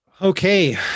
Okay